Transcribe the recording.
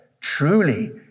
truly